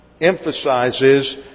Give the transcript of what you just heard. emphasizes